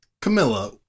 Camilla